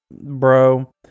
bro